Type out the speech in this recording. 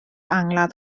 angladd